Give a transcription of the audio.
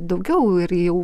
daugiau ir jau